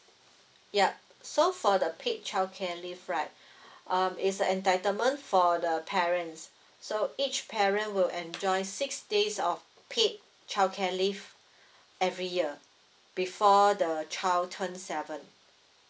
ya so for the paid childcare leave right um it's the entitlement for the parents so each parent will enjoys six days of paid childcare leave every year before the child turns seven